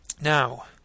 Now